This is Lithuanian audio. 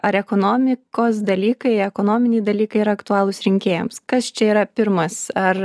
ar ekonomikos dalykai ekonominiai dalykai yra aktualūs rinkėjams kas čia yra pirmas ar